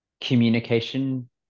communication